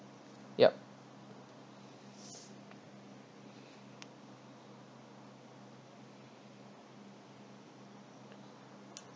yup